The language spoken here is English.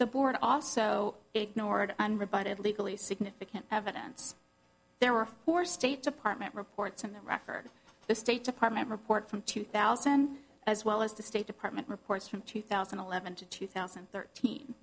the board also ignored unrebutted legally significant evidence there were four state department reports in the record the state department report from two thousand as well as to state department reports from two thousand and eleven to two thousand and thirteen